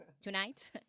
Tonight